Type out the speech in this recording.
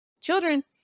Children